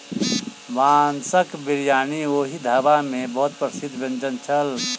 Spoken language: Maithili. बांसक बिरयानी ओहि ढाबा के बहुत प्रसिद्ध व्यंजन छल